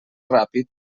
ràpid